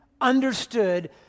understood